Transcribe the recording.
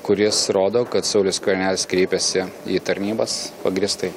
kuris rodo kad saulius skvernelis kreipėsi į tarnybas pagrįstai